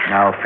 Now